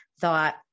thought